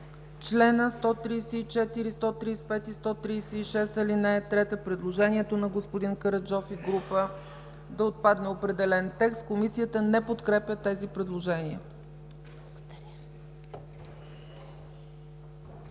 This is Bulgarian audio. членове: 134, 135, 136 – ал. 3, предложението на господин Караджов и група да отпадне определен текст – Комисията не подкрепя тези предложения. Гласували